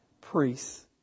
priests